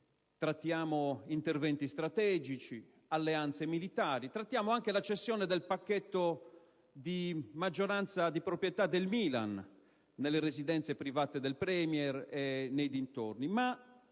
interventi strategici, alleanze militari; trattiamo anche la cessione del pacchetto di maggioranza di proprietà del Milan nelle residenze private del *Premier* e nei dintorni,